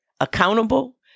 accountable